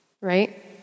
right